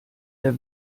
der